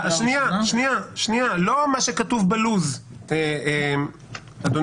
שנייה, לא מה שכתוב בלו"ז, אדוני.